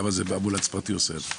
למה אמבולנס פרטי עושה את זה?